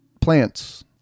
plants